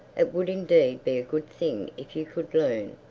it would indeed be a good thing if you could learn.